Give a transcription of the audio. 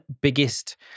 biggest